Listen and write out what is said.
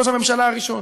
ראש הממשלה הראשון.